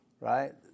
Right